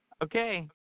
Okay